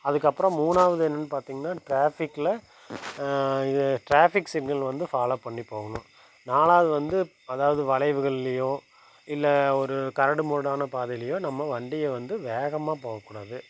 அதுக்கப்புறம் மூணாவது என்னென்னு பார்த்தீங்கன்னா டிராஃபிகில் இது டிராஃபிக்ஸ் சிக்னல் வந்து ஃபாலோவ் பண்ணி போகணும் நாலாவது வந்து அதாவது வளைவுகளையோ இல்லை ஒரு கரடு முரடான பாதையிலையோ நம்ம வண்டியை வந்து வேகமாக போகக்கூடாது